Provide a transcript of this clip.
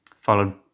followed